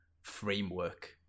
framework